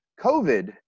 COVID